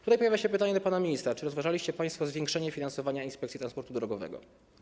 Tutaj pojawia się pytanie do pana ministra: Czy rozważaliście państwo zwiększenie poziomu finansowania inspekcji transportu drogowego?